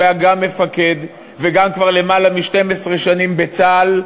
שהיה גם מפקד וגם כבר למעלה מ-12 שנים רב בצה"ל,